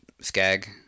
skag